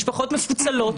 משפחות מפוצלות,